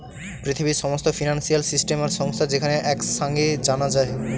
পৃথিবীর সমস্ত financial system আর সংস্থা যেখানে এক সাঙে জানা যায়